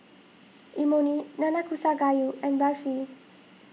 Imoni Nanakusa Gayu and Barfi